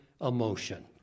emotion